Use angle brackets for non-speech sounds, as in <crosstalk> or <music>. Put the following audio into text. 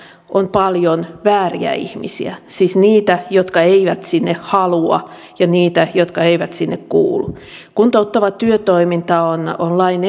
on paljon vääriä ihmisiä siis niitä jotka eivät sinne halua ja niitä jotka eivät sinne kuulu kuntouttava työtoiminta on on lain <unintelligible>